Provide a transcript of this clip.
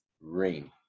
Rain